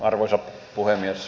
arvoisa puhemies